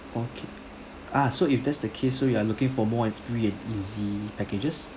okay ah so if that's the case so you are looking for more a free and easy packages